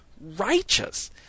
righteous